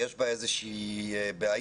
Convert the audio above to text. יש בה איזה שהיא בעיה,